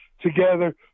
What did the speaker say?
together